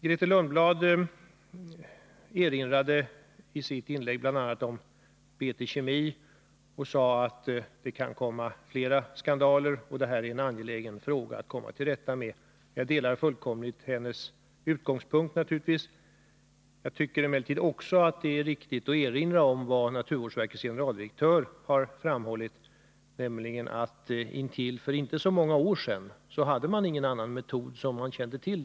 Grethe Lundblad erinrade i sitt inlägg bl.a. om BT Kemi. Hon sade att det kan komma fler skandaler och att det är angeläget att vi kommer till rätta med detta problem. Jag delar fullkomligt hennes synpunkt, men tycker också att det är riktigt att erinra om vad naturvårdsverkets generaldirektör har framhållit, nämligen att vi intill för inte så många år sedan inte hade någon annan metod för omhändertagande av miljöfarligt avfall.